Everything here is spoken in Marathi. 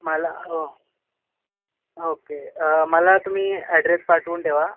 मला हो ओके मला तुम्ही अॅड्रेस पाठवून ठेवा